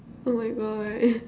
oh my God